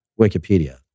Wikipedia